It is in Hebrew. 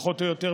פחות או יותר,